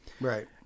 right